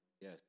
Yes